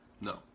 No